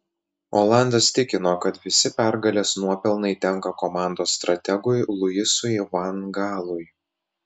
olandas tikino kad visi pergalės nuopelnai tenka komandos strategui luisui van gaalui